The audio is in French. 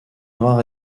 noir